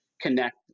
connect